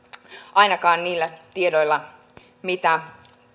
ainakaan niillä tiedoilla mitä